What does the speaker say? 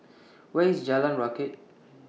Where IS Jalan Rakit